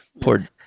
poor